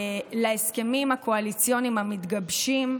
להסכמים הקואליציוניים המתגבשים,